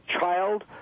child